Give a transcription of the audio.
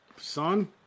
son